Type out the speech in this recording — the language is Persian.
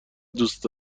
دوست